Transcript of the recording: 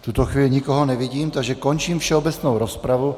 V tuto chvíli nikoho nevidím, takže končím všeobecnou rozpravu.